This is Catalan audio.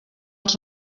els